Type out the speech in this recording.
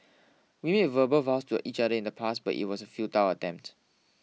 we made verbal vows to each other in the past but it was a futile attempt